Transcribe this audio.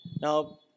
Now